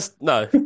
no